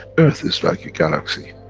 earth is like a galaxy,